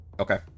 Okay